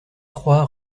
trois